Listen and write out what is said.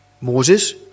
Moses